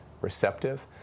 receptive